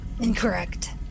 Incorrect